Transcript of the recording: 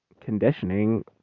conditioning